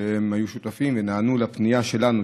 שהיו שותפים ונענו לפנייה שלנו,